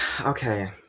okay